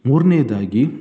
ಮೂರನೇದಾಗಿ